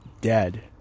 dead